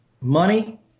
money